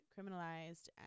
criminalized